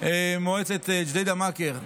מועצת ג'דיידה-מכר,